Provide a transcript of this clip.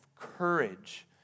courage